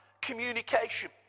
communication